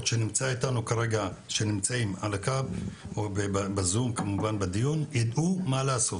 שנמצאים על הקו או בזום יידעו מה לעשות.